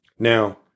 Now